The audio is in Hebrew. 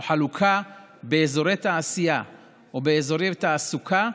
או חלוקה באזורי תעשייה או באזורי תעסוקה,